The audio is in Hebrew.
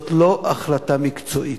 זאת לא החלטה מקצועית,